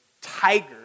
tiger